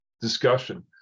discussion